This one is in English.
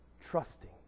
trusting